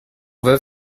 veut